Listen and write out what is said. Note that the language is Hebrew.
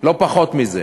לא פחות מזה.